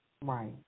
Right